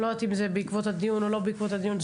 לא יודעת אם זה בעקבות הדיון או לא בעקבות הדיון,